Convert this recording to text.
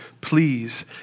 please